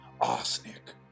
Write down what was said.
arsenic